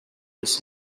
this